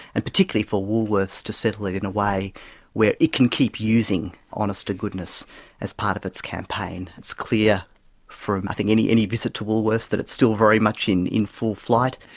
and particularly for woolworths to settle it in a way where it can keep using honest to goodness as part of its campaign. it's clear from i think from any visit to woolworths that it's still very much in in full flight.